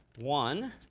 one.